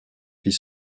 fit